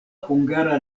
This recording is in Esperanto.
hungara